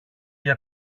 για